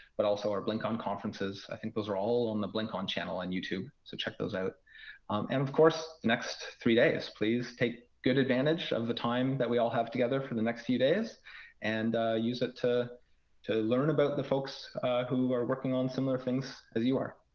but also our blinkon conferences. think those are all on the blinkon channel on youtube. so check those out. um and of course, the next three days please take good advantage of the time that we all have together for the next few days and use it to to learn about the folks who are working on similar things as you are.